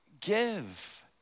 give